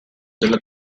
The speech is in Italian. della